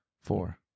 four